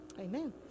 Amen